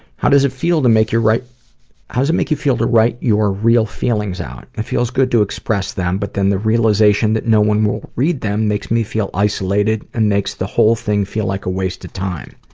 how does it feel to make your write how does it make you feel to write your real feelings out? it feels good to express them, but then the realization that no one will read them makes me feel isolated and makes the whole thing feel like a waste of time.